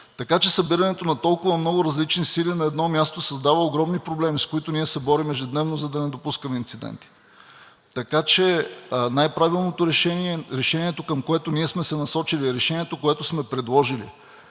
Така че събирането на толкова много различни сили на едно място създава огромни проблеми, с които ние се борим ежедневно, за да не допускаме инциденти. Така че най-правилното решение, решението, към което ние сме се насочили, което сме предложили